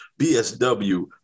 BSW